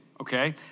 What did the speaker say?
okay